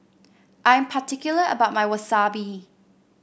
I am particular about my Wasabi